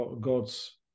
God's